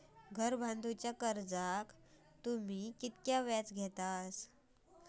घर बांधूच्या कर्जाचो तुम्ही व्याज किती घेतास?